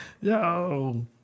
Yo